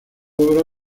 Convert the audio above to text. obra